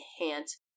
enhance